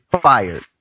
fired